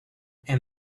and